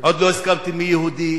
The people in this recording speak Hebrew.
עוד לא הסכמתם מי יהודי.